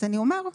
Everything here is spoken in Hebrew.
אז אני אומר,